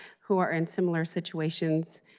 who are in similar situations,